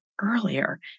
earlier